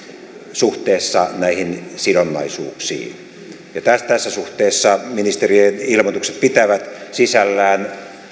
suhteessa näihin sidonnaisuuksiin tässä suhteessa ministerien ilmoitukset pitävät sisällään